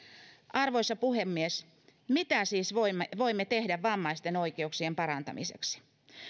arvoisa puhemies mitä siis voimme voimme tehdä vammaisten oikeuksien parantamiseksi